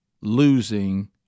losing